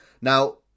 Now